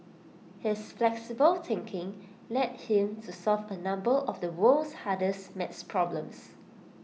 his flexible thinking led him to solve A number of the world's hardest maths problems